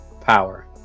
power